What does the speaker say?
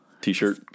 T-shirt